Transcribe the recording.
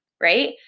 right